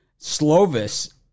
Slovis